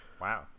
Wow